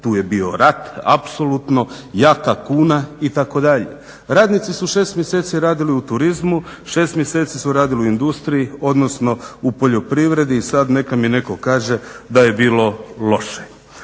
tu je bio rat, apsolutno, jaka kuna itd. Radnici su 6 mjeseci radili u turizmu, 6 mjeseci su radili u industriji, odnosno u poljoprivredi i sad neka mi netko kaže da je bilo loše.